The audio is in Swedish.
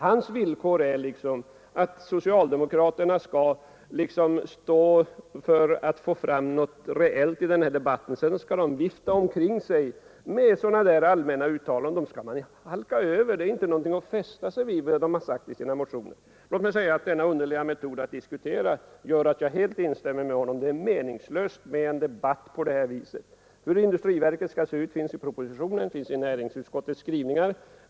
Hans villkor är att socialdemokraterna skall svara för de reella bidragen till denna debatt. Sedan skall folkpartisterna få vifta med sådana allmänna uttalanden. Sådana skall man halka över. Vad de har sagt i sina motioner är något som man inte skall fästa sig vid. Låt mig säga att denna underliga diskussionsmetod gör att jag helt instämmer med honom i att det är meningslöst med en debatt efter dessa linjer. Hur industriverket skall se ut är redovisat i propositionen och i näringsutskottets skrivningar.